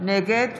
נגד